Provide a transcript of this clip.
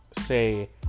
Say